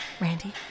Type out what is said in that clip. Randy